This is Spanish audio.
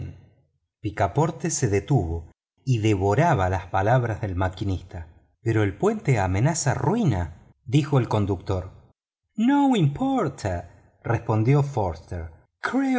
picaporte se detuvo y devoraba las palabras del maquinista pero el puente amenaza ruina dijo el conductor no importa respondió foster